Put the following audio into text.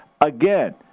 Again